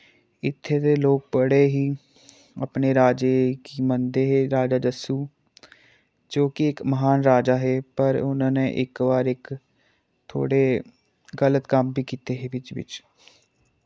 इत्थें दे लोक बड़े ही अपने राजे गी मनदे हे राजा जस्सू जो कि इक महान राजा हे पर उना ने इक वारी इक थोह्ड़े गल्त कम्म बी कीते हे बिच्च बिच्च